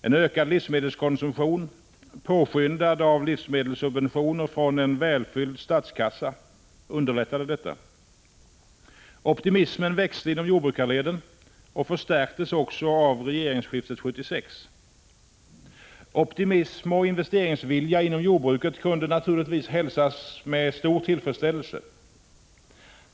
En ökad livsmedelskonsumtion — påskyndad av livsmedelssubventioner från en välfylld statskassa — underlättade detta. Optimismen växte inom jordbrukarleden och förstärktes också av regeringsskiftet 1976. Optimism och investeringsvilja inom jordbruket kunde naturligtvis hälsas med stor tillfredsställelse.